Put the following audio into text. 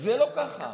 זה לא ככה.